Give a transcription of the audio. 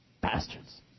Bastards